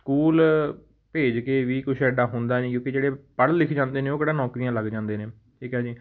school ਭੇਜ ਕੇ ਵੀ ਕੁਛ ਐਡਾ ਹੁੰਦਾ ਨਹੀਂ ਕਿਉਂਕਿ ਜਿਹੜੇ ਪੜ੍ਹ ਲਿਖ ਜਾਂਦੇ ਨੇ ਉਹ ਕਿਹੜਾ ਨੌਕਰੀਆਂ ਲੱਗ ਜਾਂਦੇ ਨੇ ਠੀਕ ਹੈ ਜੀ